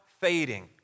fading